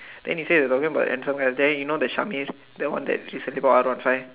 then he said they talking about handsome guys then you know the Shamir's that one that he suddenly got